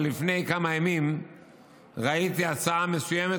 שלפני כמה ימים ראיתי הצעה מסוימת,